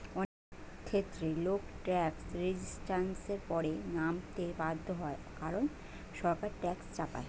অনেক ক্ষেত্রে লোক ট্যাক্স রেজিস্ট্যান্সের পথে নামতে বাধ্য হয় কারণ সরকার ট্যাক্স চাপায়